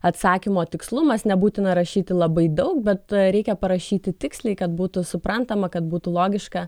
atsakymo tikslumas nebūtina rašyti labai daug bet reikia parašyti tiksliai kad būtų suprantama kad būtų logiška